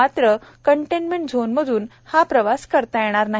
मात्र कंटेनमेंट झोनमधून हा प्रवास करता येणार नाही